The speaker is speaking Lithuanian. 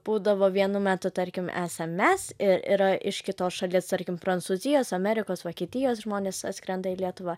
būdavo vienu metu tarkim esam mes ir yra iš kitos šalies tarkim prancūzijos amerikos vokietijos žmonės atskrenda į lietuvą